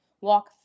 walk